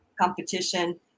competition